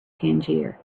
tangier